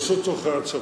פשוט צורכי הצבא.